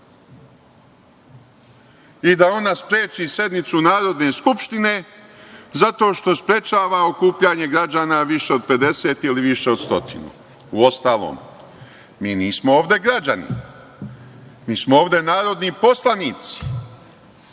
i da ona spreči sednicu Narodne skupštine zato što sprečava okupljanje građana više od pedeset ili više od stotinu. Uostalom, mi nismo ovde građani, mi smo ovde narodni poslanici,